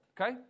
Okay